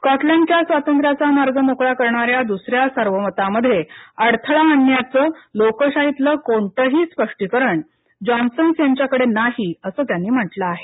स्कॉटलंडच्या स्वातंत्र्याचा मार्ग मोकळा करणाऱ्या द्सऱ्या सार्वमतामध्ये अडथळा आणण्याचं लोकशाहीतलं कोणतंही स्पष्टीकरण जॉन्सन यांच्याकडे नाही असं त्यांनी म्हटलं आहे